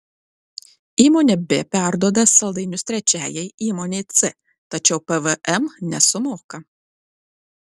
įmonė b perparduoda saldainius trečiajai įmonei c tačiau pvm nesumoka